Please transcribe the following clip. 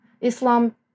Islam